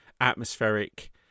atmospheric